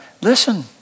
listen